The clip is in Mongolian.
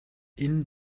энэ